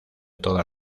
todas